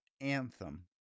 anthem